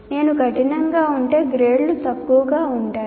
నేను కఠినంగా ఉంటే గ్రేడ్లు తక్కువగా ఉంటాయి